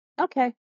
Okay